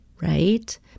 right